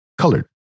colored